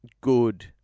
good